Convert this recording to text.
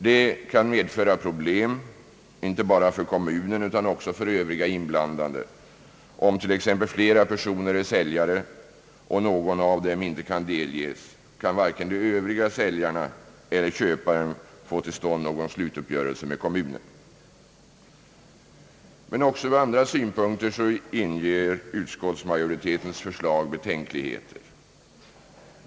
Det kan medföra problem inte bara för kommunen utan också för övriga inblandade. Om t.ex. flera personer är säljare och någon av dem inte kan delges, kan varken de övriga säljarna eiler köparen få till stånd någon slutuppgörelse med kommunen. Men också ur andra synpunkter inger utskottsmajoritetens förslag betänkligheter.